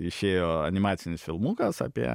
išėjo animacinis filmukas apie